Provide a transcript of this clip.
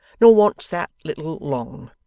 nor wants that little long!